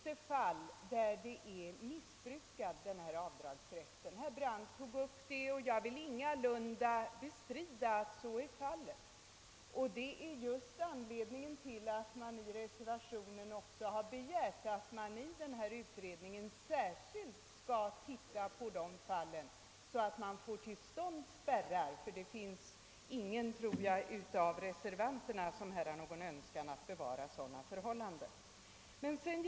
Herr Brandt påpekade att avdragsrätten i en del fall missbrukas. Jag vill ingalunda bestrida att så är fallet. Detta är också anledningen till att man i reservationen begär att utredningen särskilt skall undersöka de fallen och försöka åstadkomma spärrar. Jag tror inte att någon av reservanterna önskar att dessa förhållanden skall bestå.